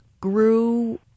grew